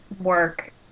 work